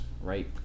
Right